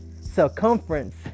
Circumference